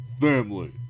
family